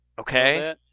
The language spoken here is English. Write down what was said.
Okay